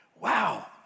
Wow